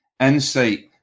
insight